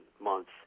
months